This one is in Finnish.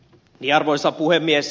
arvoisa puhemies